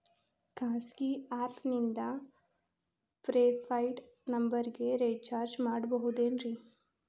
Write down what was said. ಖಾಸಗಿ ಆ್ಯಪ್ ನಿಂದ prepaid ನಂಬರಿಗ ರೇಚಾರ್ಜ್ ಮಾಡಬಹುದೇನ್ರಿ?